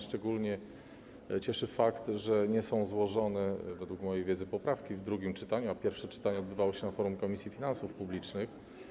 Szczególnie cieszy fakt, że nie są złożone - według mojej wiedzy - poprawki w drugim czytaniu, a pierwsze czytanie odbywało się na forum Komisji Finansów Publicznych.